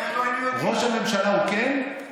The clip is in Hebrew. ראש הממשלה הוא כן,